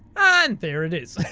and, there it is.